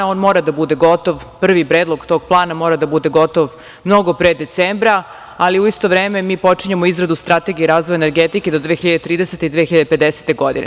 On mora da bude gotov, prvi predlog tog plana mora da bude gotov mnogo pre decembra, ali u isto vreme mi počinjemo izradu strategije razvoja energetike do 2030. godine i 2050. godine.